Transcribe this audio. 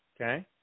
Okay